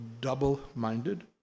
double-minded